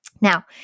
now